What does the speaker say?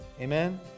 Amen